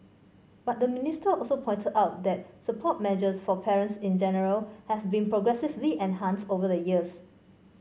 but the minister also pointed out that support measures for parents in general have been progressively enhanced over the years